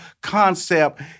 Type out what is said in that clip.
concept